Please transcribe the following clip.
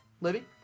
Libby